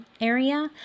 area